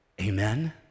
Amen